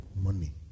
money